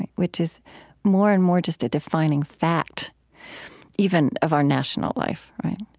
and which is more and more just a defining fact even of our national life, right?